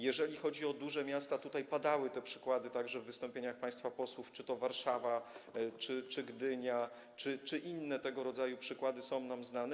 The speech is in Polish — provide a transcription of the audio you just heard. Jeżeli chodzi o duże miasta, tutaj padały te przykłady, także w wystąpieniach państwa posłów, czy to Warszawa, czy to Gdynia, czy inne tego rodzaju przykłady są nam znane.